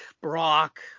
brock